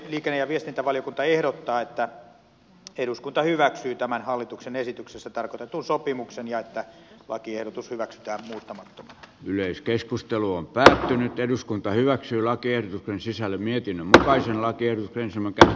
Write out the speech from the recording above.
liikenne ja viestintävaliokunta ehdottaa että eduskunta hyväksyy tämän hallituksen esityksessä tarkoitetun sopimuksen ja että lakiehdotus hyväksytään hirttämättömät yleiskeskusteluun pääsee nyt eduskunta hyväksyi lakien sisällön mietin varhaisella kielteisemmän muuttamattomana